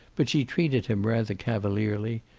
but she treated him rather cavalierly,